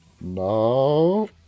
no